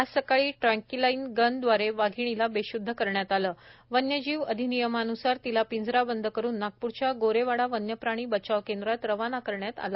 आज सकाळी tranquilise gun द्वारे वाघिणीला बेशूद्ध करण्यात आले वन्यजीव अधिनियमान्सार तिला पिंजराबंद करून नागपूरच्या गोरेवाडा वन्यप्राणी बचाव केंद्रात रवाना करण्यात आले